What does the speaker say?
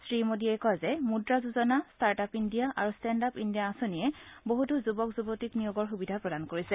শ্ৰীমোদীয়ে কয় Mudra Yojana start up India আৰু ষ্টেণ্ড আপ ইণ্ডিয়া আঁচনিয়ে বহুতো যুৱক যুৱতীক নিয়োগৰ সুবিধা প্ৰদান কৰিছে